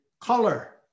color